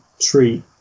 treat